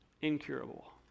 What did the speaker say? incurable